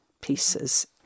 pieces